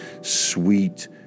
sweet